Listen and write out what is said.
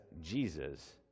Jesus